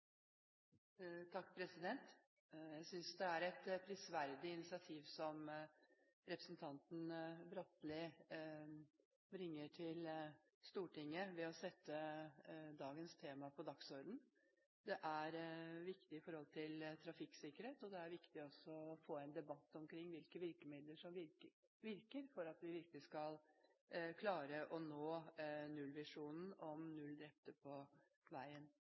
Bratli bringer til Stortinget ved å sette dagens tema på dagsordenen. Det er viktig i forhold til trafikksikkerhet, og det er viktig også å få en debatt om hvilke virkemidler som virker, for at vi virkelig skal klare å nå visjonen om null drepte på veien.